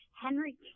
Henry